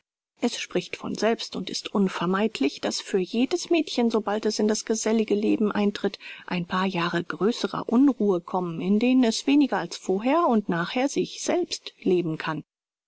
es spricht von selbst und ist unvermeidlich daß für jedes mädchen sobald es in das gesellige leben eintritt ein paar jahre größerer unruhe kommen in denen es weniger als vorher und nachher sich selbst leben kann